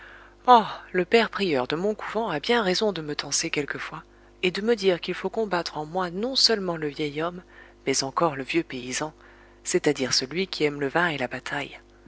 ah le père prieur de mon couvent a bien raison de me tancer quelquefois et de me dire qu'il faut combattre en moi non-seulement le vieil homme mais encore le vieux paysan c'est-à-dire celui qui aime le vin et la bataille